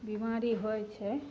बीमारी होइ छै